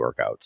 workouts